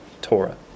Torah